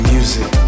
Music